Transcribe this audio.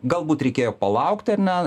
galbūt reikėjo palaukti ar ne